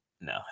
No